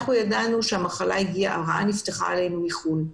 אנחנו ידענו שהרעה נפתחה מחו"ל,